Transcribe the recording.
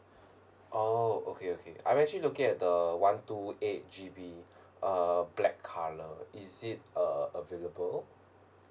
oh okay okay I'm actually looking at the one two eight G_B uh black colour is it uh available